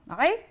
Okay